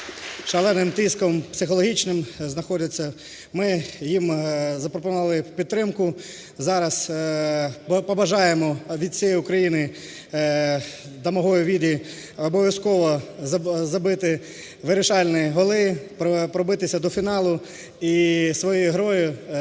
шаленим тиском психологічним знаходяться. Ми їм запропонували підтримку. Зараз побажаємо від усієї України Домагою Віді обов'язково забити вирішальні голи, пробитися до фіналу і своєю грою всім